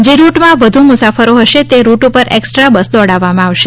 જે રૂટમાં વધુ મુસાફરી હશે તે રૂટ ઉપર એકસ્રાચ્યે બસ દોડાવવામાં આવશે